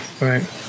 Right